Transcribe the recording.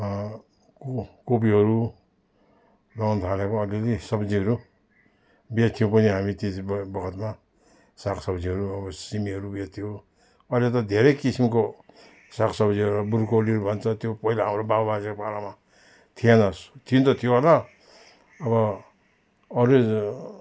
को कोपीहरू रङ हालेको अलि अलि सब्जीहरू बेच्थ्यौँ पनि हामी त्यति बेला बखतमा साग सब्जीहरू अब सिमीहरू बेच्थ्यौँ अहिले त धेरै किसिमको साग सब्जीहरू ब्रोकाउलीहरू भन्छ त्यो पहिला हाम्रो बाउ बाजेहरूको पालामा थिएन थिन त थियो होला अब अरू